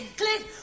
click